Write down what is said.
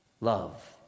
love